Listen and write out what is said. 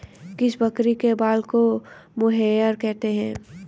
किस बकरी के बाल को मोहेयर कहते हैं?